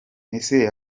ese